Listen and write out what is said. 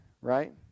right